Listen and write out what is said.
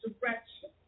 direction